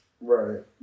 right